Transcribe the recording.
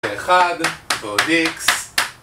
אחד, ועוד איקס